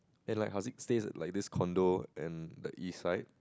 then like Harzik's stays like this condo and the east side